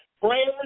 prayers